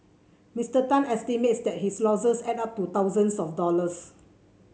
Mister Tan estimates that his losses add up to thousands of dollars